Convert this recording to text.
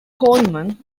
coleman